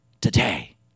today